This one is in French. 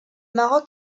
maroc